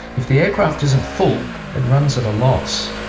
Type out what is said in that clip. if the aircraft isn't full it runs at a loss.